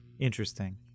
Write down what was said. Interesting